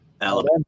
Alabama